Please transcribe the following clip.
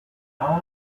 down